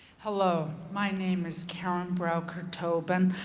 hello. my name is karen browker tobin.